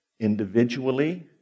Individually